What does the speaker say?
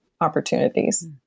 opportunities